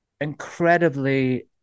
incredibly